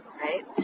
right